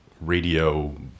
radio